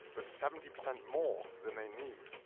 but seventy percent more than they need.